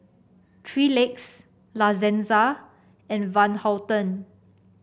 Three Legs La Senza and Van Houten